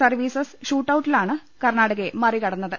services ഷൂട്ടൌട്ടിലാണ് കർണാടകയെ മറി കടന്നത്